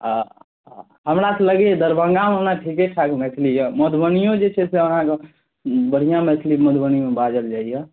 आ हमरा तऽ लगैए दरभंगामे ओना ठीके ठाक मैथिली यए मधुबनिओ जे छै से अहाँके बढ़िआँ मैथिली मधुबनीमे बाजल जाइए